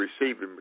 receiving